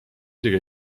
isegi